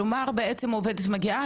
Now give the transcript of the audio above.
כלומר עובדת מגיעה,